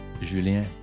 Julien